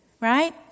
Right